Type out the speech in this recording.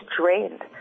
drained